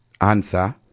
answer